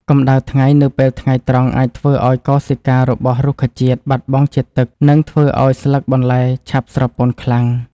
កម្ដៅថ្ងៃនៅពេលថ្ងៃត្រង់អាចធ្វើឱ្យកោសិការបស់រុក្ខជាតិបាត់បង់ជាតិទឹក និងធ្វើឱ្យស្លឹកបន្លែឆាប់ស្រពោនខ្លាំង។